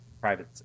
private